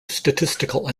statistical